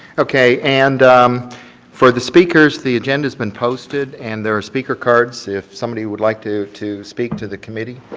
okay, and for the speakers, the agenda has been posted and there are speaker cards if somebody would like to to speak to the committee.